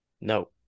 No